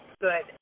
good